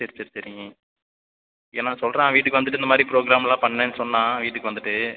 சரி சரி சரிங்க ஏன்னா சொல்லுறான் வீட்டுக்கு வந்துவிட்டு இந்த மாதிரி ப்ரோக்ராம் எல்லாம் பண்ணேன் சொன்னான் வீட்டுக்கு வந்துவிட்டு